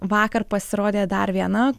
vakar pasirodė dar viena